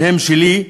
שהם שלי,